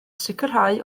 sicrhau